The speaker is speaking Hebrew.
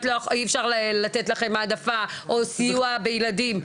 אי אפשר לתת לכם העדפה או סיוע בילדים.